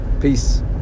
Peace